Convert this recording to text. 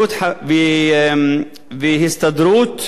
והסתדרות המורים,